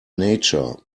nature